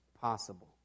possible